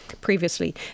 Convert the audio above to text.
previously